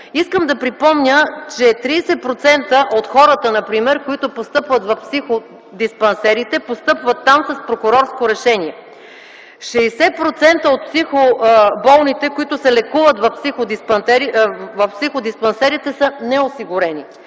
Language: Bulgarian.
Искам да припомня, че 30% от хората, например, които постъпват в психодиспансерите, постъпват там с прокурорско решение, 60% от психоболните, които се лекуват в психодиспансерите, са неосигурени